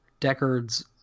Deckard's